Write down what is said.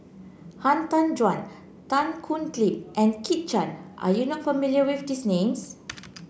Han Tan Juan Tan Thoon Lip and Kit Chan are you not familiar with these names